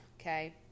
Okay